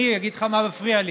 אני אגיד לך מה מפריע לי.